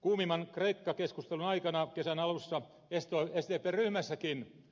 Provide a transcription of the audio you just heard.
kuumimman kreikka keskustelun aikana kesän alussa sdpn ryhmässäkin